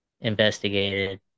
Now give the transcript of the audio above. investigated